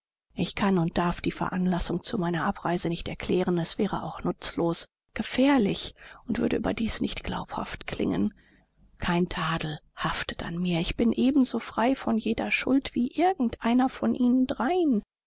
ich kann und darf die veranlassung zu meiner abreise nicht erklären es wäre auch nutzlos gefährlich und würde überdies nicht glaubhaft klingen kein tadel haftet an mir ich bin ebenso frei von jeder schuld wie irgend einer von ihnen dreien